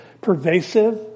pervasive